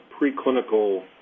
preclinical